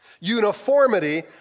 uniformity